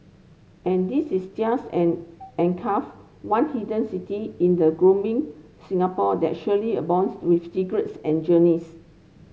and this is just an an one hidden city in a Singapore that surely abounds with secrets and journeys